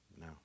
No